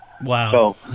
Wow